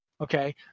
Okay